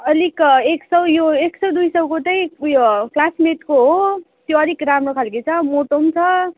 अलिक एक सय यो एक सय दुई सयको चाहिँ उयो क्लासमेटको हो त्यो अलिक राम्रो खालको छ मोटो पनि छ